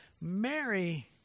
Mary